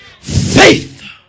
Faith